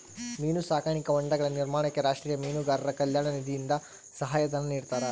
ಮೀನು ಸಾಕಾಣಿಕಾ ಹೊಂಡಗಳ ನಿರ್ಮಾಣಕ್ಕೆ ರಾಷ್ಟೀಯ ಮೀನುಗಾರರ ಕಲ್ಯಾಣ ನಿಧಿಯಿಂದ ಸಹಾಯ ಧನ ನಿಡ್ತಾರಾ?